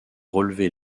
relever